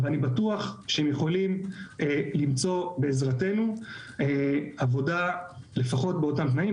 ואני בטוח שהם יכולים למצוא בעזרתנו עבודה לפחות באותם תנאים,